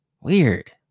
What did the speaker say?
Weird